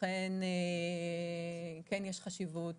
לכן כן יש חשיבות